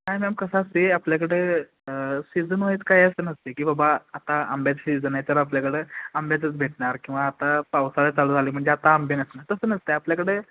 नाही मॅम कसं असते आपल्याकडं सीजनवाईज काय असं नसते की बाबा आता आंब्याचा सिजन आहे तर आपल्याकडं आंब्याचंच भेटणार किंवा आता पावसाळा चालू झाला आहे म्हणजे आता आंबे नसणार तसं नसते आपल्याकडे